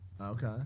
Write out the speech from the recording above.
Okay